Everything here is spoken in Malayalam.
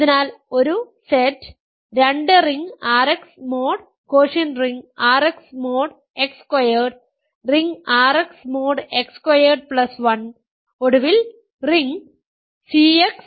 അതിനാൽ ഒരു Z രണ്ട് ring RX mod quotient ring RX mod X squared ring RX mod X squared 1 ഒടുവിൽ ring CX mod X squared 1